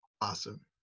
Awesome